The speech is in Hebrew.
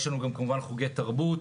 יש לנו גם כמובן חוגי תרבות,